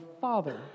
father